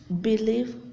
believe